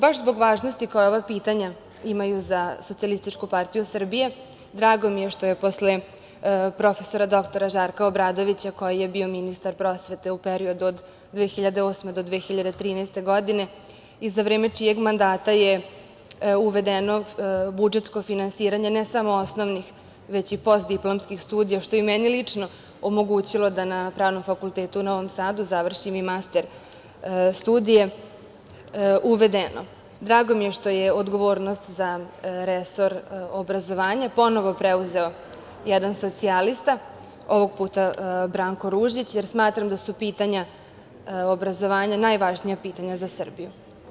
Baš zbog važnosti koje ova pitanja imaju za SPS, drago mi je što je posle prof. dr Žarka Obradovića, koji je bio ministar prosvete u periodu od 2008. do 2013. godine, i za vreme čijeg mandata je uvedeno budžetsko finansiranje, ne samo osnovnih, već i postdiplomskih studija, što je meni lično, omogućilo da na Pravnom fakultetu u Novom Sadu završim i master studije, uvedeno, drago mi je što je odgovornost za resor obrazovanja, ponovo preuzeo jedan socijalista, ovog puta Branko Ružić, jer smatram da su pitanja obrazovanja najvažnija pitanja za Srbiju.